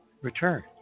return